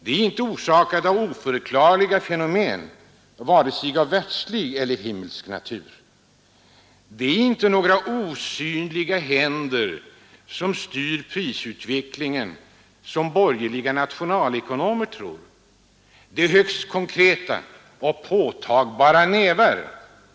De är inte orsakade av oförklarliga fenomen av vare sig världslig eller himmelsk natur. Det är inte några ”osynliga händer” som styr prisutvecklingen, som borgerliga nationalekonomer tror — det är högst påtagbara nävar.